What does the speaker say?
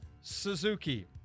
Suzuki